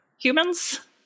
humans